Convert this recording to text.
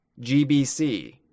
GBC